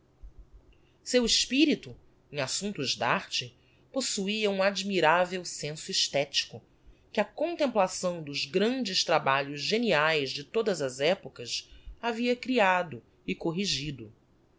seu espirito em assumptos d'arte possuia um admiravel senso esthetico que a contemplação dos grandes trabalhos geniaes de todas as epochas havia creado e corrigido